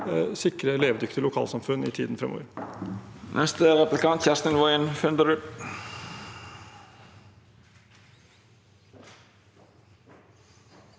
sikre levedyktige lokalsamfunn i tiden fremover.